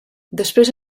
després